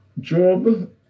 job